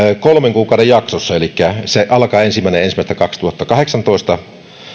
kolmen kuukauden jaksoissa elikkä tämä alkaa ensimmäinen ensimmäistä kaksituhattakahdeksantoista